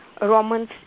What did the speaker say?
Romans